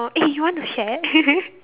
oh eh you want to share